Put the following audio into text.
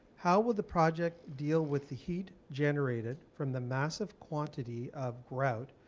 how will the project deal with the heat generated from the massive quantity of grout,